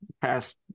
past